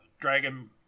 dragon